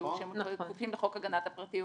יידעו שהם כפופים לחוק הגנת הפרטיות.